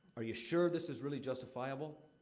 are you sure this is really justifiable?